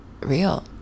real